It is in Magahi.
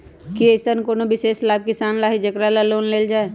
कि अईसन कोनो विशेष लाभ किसान ला हई जेकरा ला लोन लेल जाए?